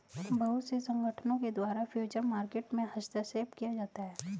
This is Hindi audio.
बहुत से संगठनों के द्वारा फ्यूचर मार्केट में हस्तक्षेप किया जाता है